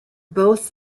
both